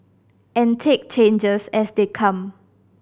and take changes as they come